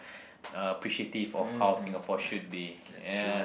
uh appreciative of how Singapore should be ya